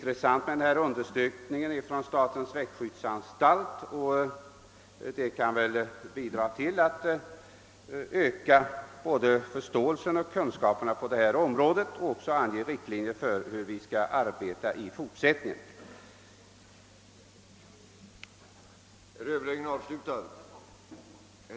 Undersökningen från statens växtskyddsanstalt är intressant och kan säkert bidra till att öka både förståelsen och kunskaperna och också ange riktlinjer för hur vi skall arbeta i fortsättningen för förbättrade kontrollmöjligheter.